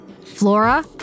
Flora